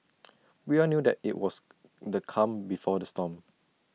we all knew that IT was the calm before the storm